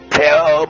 tell